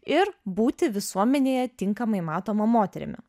ir būti visuomenėje tinkamai matoma moterimi